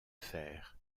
fer